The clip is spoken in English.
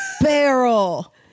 Barrel